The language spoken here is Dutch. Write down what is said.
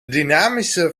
dynamische